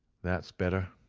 that's better,